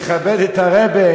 לכבד את הרב,